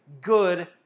good